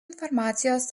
informacijos